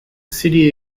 city